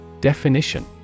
Definition